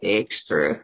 extra